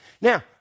Now